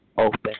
open